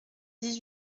dix